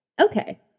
Okay